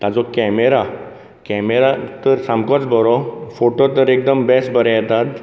ताजो camera camera तर सामकोच बरो फोटो तर एकदम बेस बरें येतात